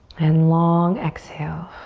and long exhale.